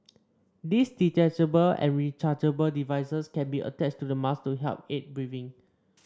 these detachable and rechargeable devices can be attached to the mask to help aid breathing